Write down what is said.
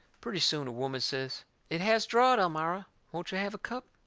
pretty soon a woman says it has drawed, elmira won't you have a cup?